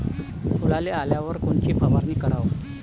फुलाले आल्यावर कोनची फवारनी कराव?